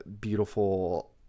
beautiful